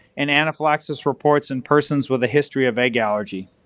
and anaphylaxis reports in persons with a history of egg allergy.